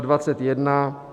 21.